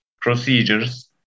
procedures